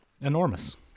Enormous